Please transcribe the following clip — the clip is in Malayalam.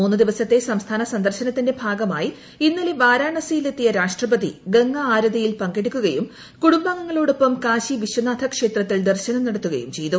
മൂന്നുദിവസത്തെ സംസ്ഥാന സന്ദർശനത്തിന്റെ ഭാഗമായി ഇന്നലെ വാരാണസിയിൽ എത്തിയ രാഷ്ട്രപതി ഗംഗാ ആരതിയിൽ പങ്കെടുക്കുകയും കുടുംബാംഗങ്ങളോടൊപ്പം കാശി വിശ്വനാഥ ക്ഷേത്രത്തിൽ ദർശനം നടത്തുകയും ചെയ്തു